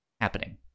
happening